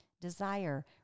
desire